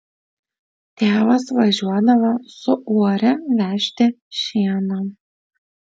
tėvas važiuodavo su uore vežti šieno